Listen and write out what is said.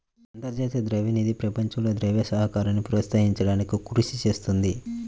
అంతర్జాతీయ ద్రవ్య నిధి ప్రపంచంలో ద్రవ్య సహకారాన్ని ప్రోత్సహించడానికి కృషి చేస్తుంది